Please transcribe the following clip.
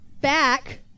back